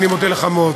אני מודה לך מאוד.